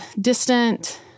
distant